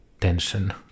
tension